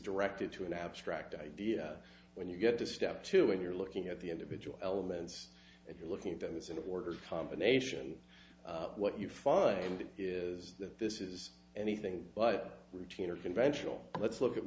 directed to an abstract idea when you get to step two and you're looking at the individual elements and you're looking at them this in order combination what you find is that this is anything but routine or conventional let's look at